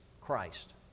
Christ